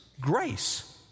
grace